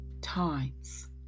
times